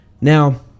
Now